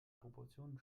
proportionen